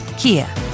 Kia